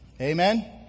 Amen